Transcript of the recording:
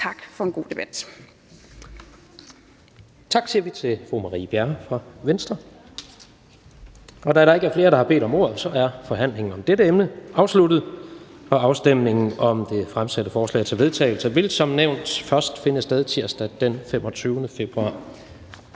Tak for en god debat.